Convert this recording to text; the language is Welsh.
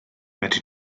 medru